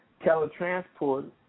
teletransport